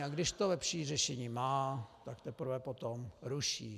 A když to lepší řešení má, tak teprve potom ruší.